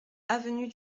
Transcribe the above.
avenue